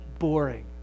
boring